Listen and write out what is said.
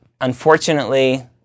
unfortunately